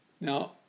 Now